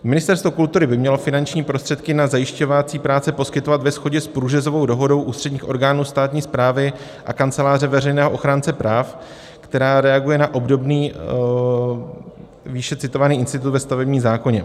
Ministerstvo kultury by mělo finanční prostředky na zajišťovací práce poskytovat ve shodě s průřezovou dohodou ústředních orgánů státní správy a Kanceláře veřejného ochránce práva, která reaguje na obdobný výše citovaný institut ve stavebním zákoně.